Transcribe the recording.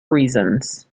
reasons